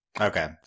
okay